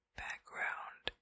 background